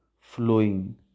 flowing